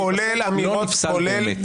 לא נפסל חוק יסוד.